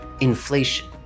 Inflation